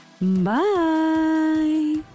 Bye